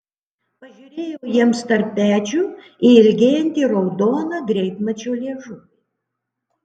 pažiūrėjau jiems tarp pečių į ilgėjantį raudoną greitmačio liežuvį